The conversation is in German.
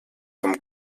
vom